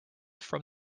from